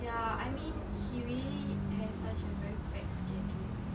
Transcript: ya I mean he really has such a very packed schedule